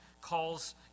calls